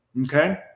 Okay